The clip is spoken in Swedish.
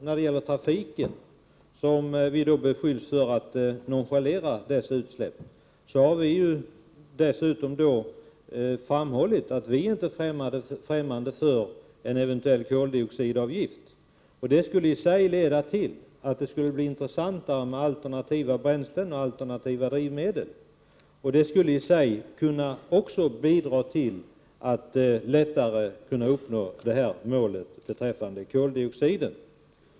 När det gäller trafiken — ett område där vi beskylls för att nonchalera dessa utsläpp — har vi framhållit att vi inte är främmande för en eventuell koldioxidavgift. Den skulle leda till att det blev intressantare med alternativa bränslen, alternativa drivmedel. Det skulle också kunna bidra till att man lättare kan uppnå målet beträffande koldioxiden.